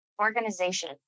Organization